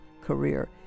career